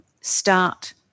start